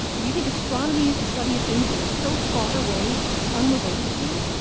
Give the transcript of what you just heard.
if you think astronomy is the study of things that are so far away and unrelated to you,